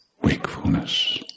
wakefulness